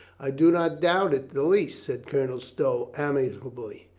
i do not doubt it the least, said colonel stow amiably.